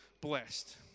blessed